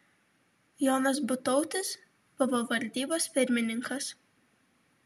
jonas butautis buvo valdybos pirmininkas